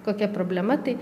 kokia problema tai